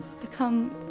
become